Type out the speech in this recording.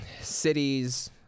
cities